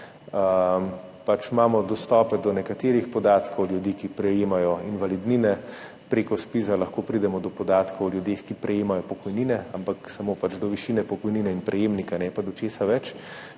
Imamo dostope do nekaterih podatkov ljudi, ki prejemajo invalidnine. Preko ZPIZ lahko pridemo do podatkov o ljudeh, ki prejemajo pokojnine, ampak samo do višine pokojnine in prejemnika, ne pa do česa več.